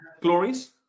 glories